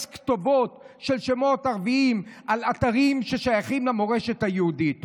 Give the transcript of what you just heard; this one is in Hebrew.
כתובות של שמות ערביים על אתרים ששייכים למורשת היהודית.